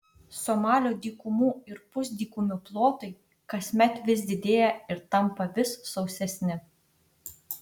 somalio dykumų ir pusdykumių plotai kasmet vis didėja ir tampa vis sausesni